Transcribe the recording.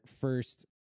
first